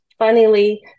Funnily